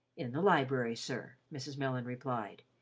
in the library, sir, mrs. mellon replied.